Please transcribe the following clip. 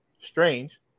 Strange